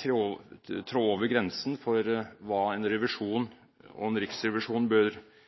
trå over grensen for hva en revisjon og en riksrevisjon bør